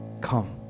come